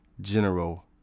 general